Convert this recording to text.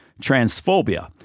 transphobia